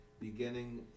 Beginning